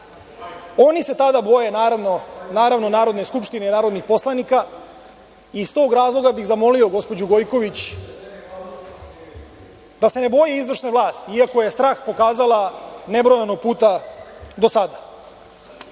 Oni se tada boje Narodne skupštine i narodnih poslanika. Iz tog razloga bih zamolio gospođu Gojković da se ne boji izvršne vlasti, iako je strah pokazala nebrojano puta do